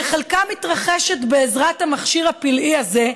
שחלקה מתרחשת בעזרת המכשיר הפלאי הזה,